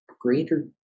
greater